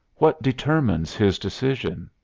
what determines his decision?